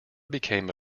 became